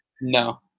No